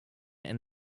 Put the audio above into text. and